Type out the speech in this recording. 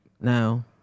Now